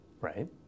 right